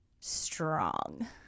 strong